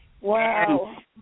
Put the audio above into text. Wow